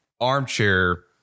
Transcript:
armchair